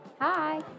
Hi